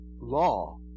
law